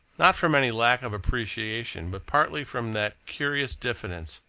not from any lack of appreciation but partly from that curious diffidence,